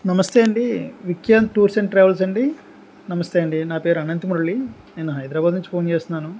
నమస్తే అండి Vikhyanth tours and travels అండి నమస్తే అండి నా పేరు అనంత మురళి నేను హైదరాబాద్ నుంచి ఫోన్ చేస్తున్నాను